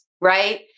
right